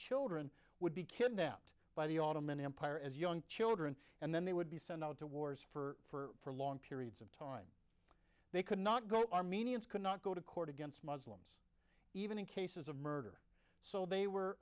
children would be kidnapped by the autumn and empire as young children and then they would be sent out to wars for long periods of time they could not go armenians could not go to court against muslims even in cases of murder so they were